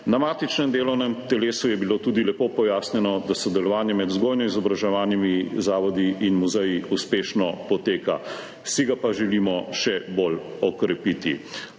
Na matičnem delovnem telesu je bilo tudi lepo pojasnjeno, da sodelovanje med vzgojno-izobraževalnimi zavodi in muzeji uspešno poteka, si ga pa želimo še bolj okrepiti.